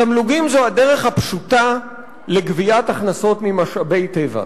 תמלוגים זו הדרך הפשוטה לגביית הכנסות ממשאבי טבע.